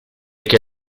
che